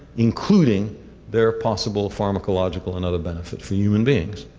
including their possible pharmacological and other benefits for human beings.